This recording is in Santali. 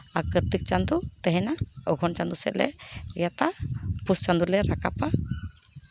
ᱟᱨ ᱠᱟᱨᱛᱤᱠ ᱪᱟᱸᱫᱚ ᱛᱟᱦᱮᱱᱟ ᱚᱜᱷᱨᱟᱭᱚᱱ ᱪᱟᱸᱫᱚ ᱥᱮᱫ ᱞᱮ ᱜᱮᱛᱼᱟ ᱯᱩᱥ ᱪᱟᱸᱫᱚᱞᱮ ᱨᱟᱠᱟᱵᱟ